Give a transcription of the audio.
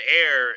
air